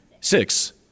six